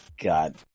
God